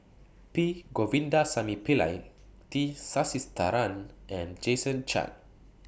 P Govindasamy Pillai T Sasitharan and Jason Chan